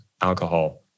alcohol